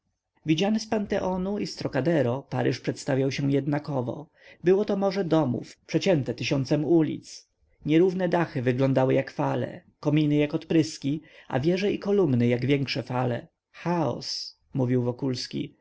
panteonu i z trocadero paryż przedstawiał się jednakowo było to morze domów przecięte tysiącem ulic nierówne dachy wyglądały jak fale kominy jak odpryski a wieże i kolumny jak większe fale chaos mówił wokulski